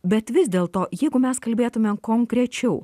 bet vis dėlto jeigu mes kalbėtume konkrečiau